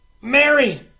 Mary